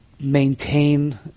maintain